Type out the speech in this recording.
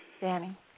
Danny